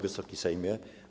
Wysoki Sejmie!